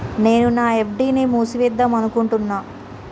నేను నా ఎఫ్.డి ని మూసివేద్దాంనుకుంటున్న